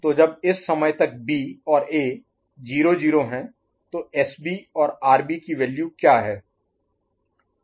तो जब इस समय तक B और A 0 0 हैं तो SB और RB की वैल्यू क्या हैं